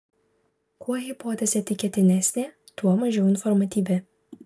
kuo hipotezė tikėtinesnė tuo mažiau informatyvi